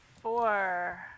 Four